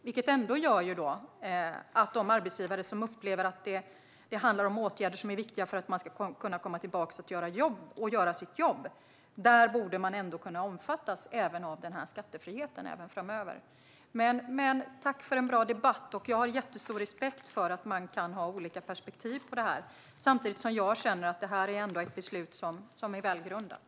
Detta gör ändå att de arbetsgivare som upplever att det handlar om åtgärder som är viktiga för att man ska kunna komma tillbaka och göra sitt jobb borde kunna omfattas av skattefriheten även framöver. Tack för en bra debatt! Jag har stor respekt för att man kan ha olika perspektiv på detta, samtidigt som jag känner att beslutet ändå är välgrundat.